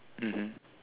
mmhmm